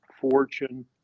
fortune